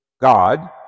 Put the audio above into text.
God